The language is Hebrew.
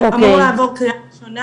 אז אמור לעבור קריאה ראשונה,